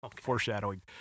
Foreshadowing